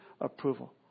approval